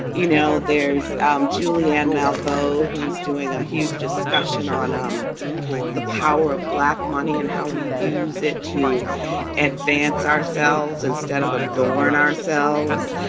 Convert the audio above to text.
you know, there's um julianne malveaux, who is doing a huge discussion on um the power of black money and how we use it to advance ourselves instead of a door on ourselves.